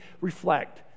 reflect